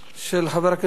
השאילתא הבאה מספרה 1567,